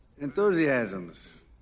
Enthusiasms